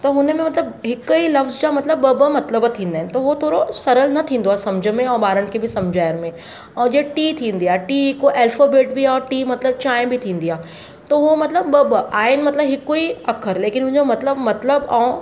त हुन में मतिलबु हिकु ई लफ़्ज़ जा मतिलबु ॿ ॿ मतिलबु थींदा आहिनि त उहो थोरो सरल न थींदो आहे समुझ में ऐं ॿारनि खे बि समुझाइण में जे टी थींदी आहे टी हिकु अल्फाबेट बि आहे टी मतिलबु चांहि बि थींदी आहे त उहो मतिलबु ॿ ॿ आहिनि मतिलबु हिक ई अख़रु लेकिन हुन जो मतिलबु मतिलबु ऐं